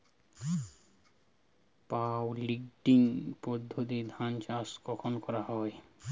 Puddling পদ্ধতিতে ধান চাষ কখন করা হয়?